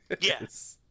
yes